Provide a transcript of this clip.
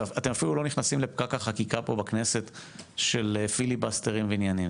אתם אפילו לא נכנסים פה לפקק החקיקה פה בכנסת של פיליבסטרים ועניינים,